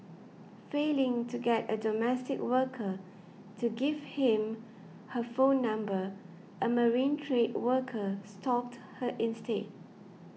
failing to get a domestic worker to give him her phone number a marine trade worker stalked her instead